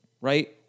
Right